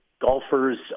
golfers